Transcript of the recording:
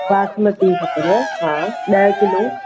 बासमती खपनव हा ॾह किलो